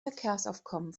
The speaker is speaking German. verkehrsaufkommen